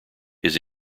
his